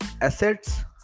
assets